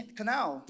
canal